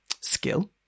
skill